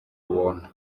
buntu